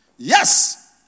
Yes